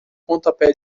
pontapé